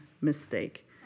mistake